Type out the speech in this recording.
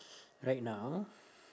right now